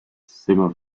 zimmer